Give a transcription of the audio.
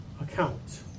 account